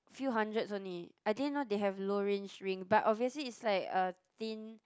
few hundreds only I didn't know they have low range ring but obviously it's like a thin